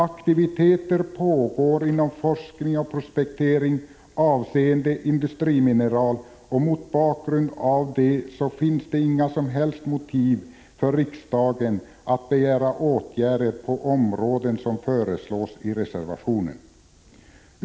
Aktiviteter pågår inom forskning och prospektering avseende industrimineral. Mot denna bakgrund finns det inga som helst motiv för riksdagen att begära åtgärder på områden som föreslås i reservationen.